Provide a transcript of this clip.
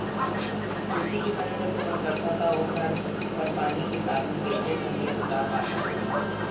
खेती किसानी जब तुमन करथव त ओखर बर पानी के साधन कइसे ढंग ले जुटा पाथो तुमन ह?